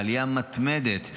בעלייה מתמדת,